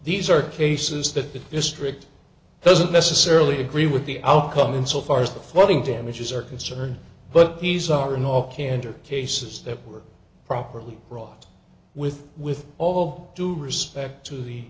these are cases that the district doesn't necessarily agree with the outcome and so far as the flooding damages are concerned but these are in all candor cases that were properly wrought with with all due respect to the